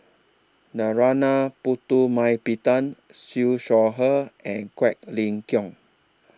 Narana Putumaippittan Siew Shaw Her and Quek Ling Kiong